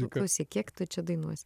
nu klausyk kiek tu čia dainuosi